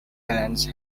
balance